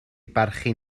barchu